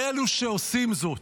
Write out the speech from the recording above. באלו שעושים זאת,